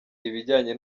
ibijyanye